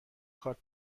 کارت